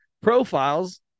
profiles